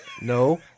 No